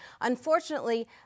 Unfortunately